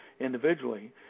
individually